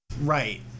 Right